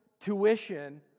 tuition